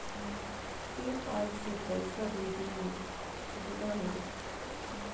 पे पाल से पइसा भेजे में सुविधा होला